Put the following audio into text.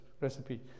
recipe